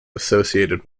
associated